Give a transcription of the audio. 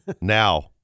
Now